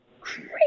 crazy